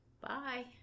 bye